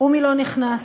ומי לא נכנס,